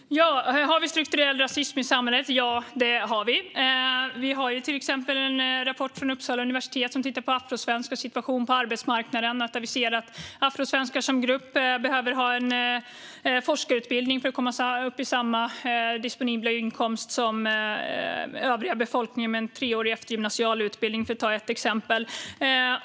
Fru talman! Har vi strukturell rasism i samhället? Ja, det har vi. Det finns till exempel en rapport från Uppsala universitet som tittar på afrosvenskars situation på arbetsmarknaden. Där ser man att afrosvenskar som grupp behöver ha en forskarutbildning för att komma upp i samma disponibla inkomst som den övriga befolkningen som har en treårig eftergymnasial utbildning, för att ta ett exempel.